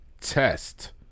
test